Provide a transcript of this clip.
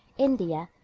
india,